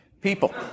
people